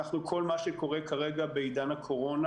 כל מה שקורה כרגע בעידן הקורונה,